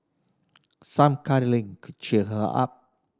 some cuddling could cheer her up